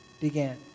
began